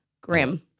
grim